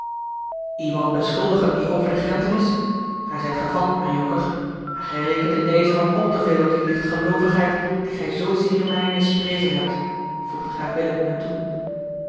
iemand beschuldigen die over de grenzen is gij zijt gevat mijn jonker maar gij rekent in dezen wat al te veel op die lichtgeloovigheid die gij zoozeer in mij misprezen hebt voegde graaf willem hem toe